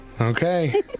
Okay